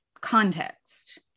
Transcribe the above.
context